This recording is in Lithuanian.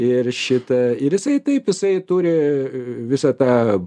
ir šitą ir jisai taip jisai turi visą tą